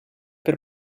per